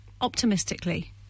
optimistically